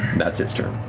that's its turn.